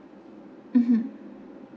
mmhmm